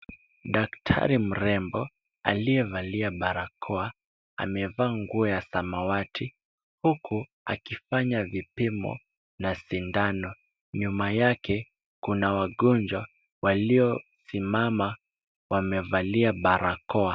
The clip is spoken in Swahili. Daktari mrembo aliyevalia barakoa amevaa nguo ya samawati huku akifanya vipimo na sindano. Nyuma yake kuna wagonjwa waliosimama, wamevalia barakoa.